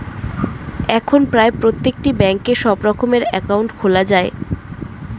এখন প্রায় প্রত্যেকটি ব্যাঙ্কে সব রকমের অ্যাকাউন্ট খোলা যায়